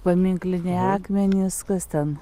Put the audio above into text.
paminkliniai akmenys kas ten